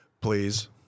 Please